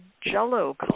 jello